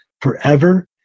forever